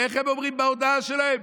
ואיך הם אומרים בהודעה שלהם?